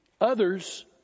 Others